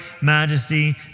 majesty